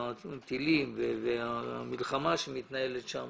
הטילים והמלחמה שמתנהלת שם